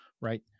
right